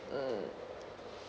mm